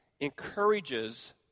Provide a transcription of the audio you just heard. encourages